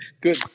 good